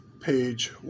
page